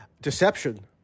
deception